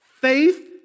Faith